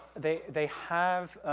they they have,